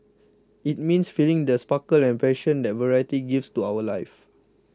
it means feeling the sparkle and passion that variety gives to our life